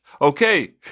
Okay